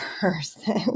person